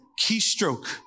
keystroke